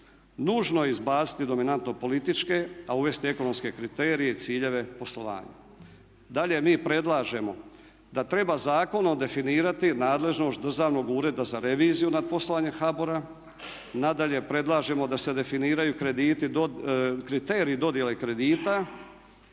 Nužno je izbaciti dominantno političke, a uvesti ekonomske kriterije i ciljeve poslovanja. Dalje mi predlažemo da treba zakonom definirati nadležnost Državnog ureda za reviziju nad poslovanjem HBOR-a. Nadalje predlažemo da se definiraju krediti, kriteriji dodjele kredita